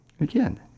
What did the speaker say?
Again